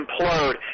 implode